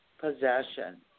possession